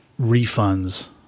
refunds